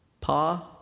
Pa